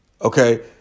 Okay